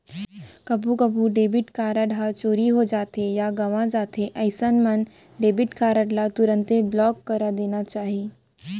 कभू कभू debit card ह चोरी हो जाथे या गवॉं जाथे अइसन मन डेबिट कारड ल तुरते ब्लॉक करा देना चाही